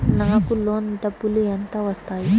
నాకు లోన్ డబ్బులు ఎంత వస్తాయి?